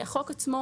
החוק עצמו